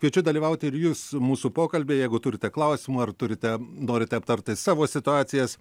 kviečiu dalyvauti ir jus mūsų pokalbyje jeigu turite klausimų ar turite norite aptarti savo situacijas